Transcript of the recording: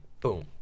boom